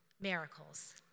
miracles